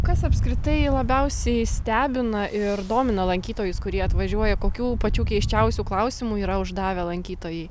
kas apskritai labiausiai stebina ir domina lankytojus kurie atvažiuoja kokių pačių keisčiausių klausimų yra uždavę lankytojai